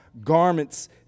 garments